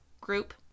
group